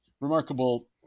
remarkable